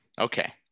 Okay